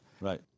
Right